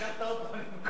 לקחת אותו למקום אחר.